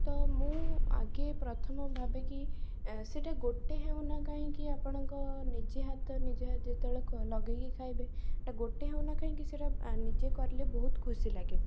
ତ ମୁଁ ଆଗେ ପ୍ରଥମ ଭାବେ କି ସେଇଟା ଗୋଟେ ହେଉନା କାହିଁକି ଆପଣଙ୍କ ନିଜେହାତ ନିଜହାତ ଲଗେଇକି ଖାଇବେ ସେଇଟା ଗୋଟେ ହଉନା କାହିଁକି ସେଇଟା ନିଜେ କଲେ ବହୁତ ଖୁସିଲାଗେ